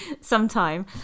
sometime